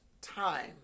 time